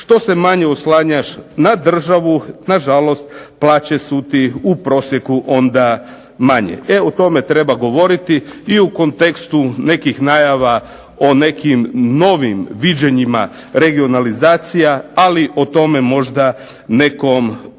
što se manje oslanjaš na državu nažalost plaće su ti u prosjeku onda manje. E o tome treba govoriti i u kontekstu nekih najava o nekim novim viđenjima regionalizacija, ali o tome možda nekom drugom